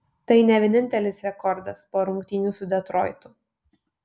tai ne vienintelis rekordas po rungtynių su detroitu